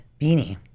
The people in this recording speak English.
beanie